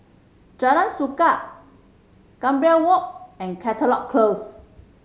Jalan Suka Gambir Walk and Caldecott Close